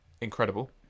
incredible